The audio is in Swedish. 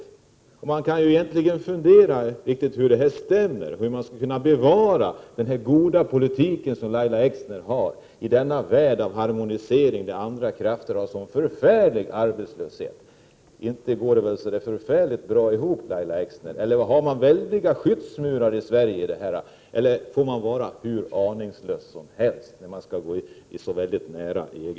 Man kan ju fundera över hur det här egentligen stämmer. Hur skall ni kunna bevara den goda politik som Lahja Exner för i en värld av harmonisering med andra krafter, som ger en sådan arbetslöshet? Inte går det särskilt bra ihop — eller har ni tänkt er väldiga skyddsmurar runt Sverige? Får man vara hur aningslös som helst i fråga om att gå nära EG?